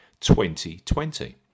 2020